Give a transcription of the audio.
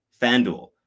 FanDuel